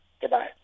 Goodbye